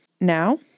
now